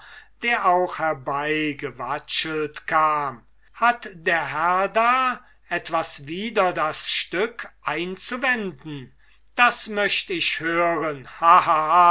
der auch herbei gewatschelt kam hat der herr da etwas wider das stück einzuwenden das möcht ich hören